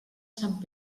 sant